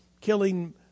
Killing